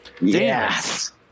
Yes